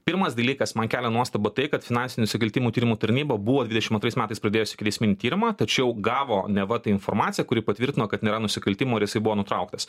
pirmas dalykas man kelia nuostabą tai kad finansinių nusikaltimų tyrimų tarnyba buvo dvidešimt antrais metais pradėjus ikiteisminį tyrimą tačiau gavo neva tą informaciją kuri patvirtino kad nėra nusikaltimų ir jisai buvo nutrauktas